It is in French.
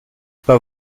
pas